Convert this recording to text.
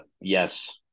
yes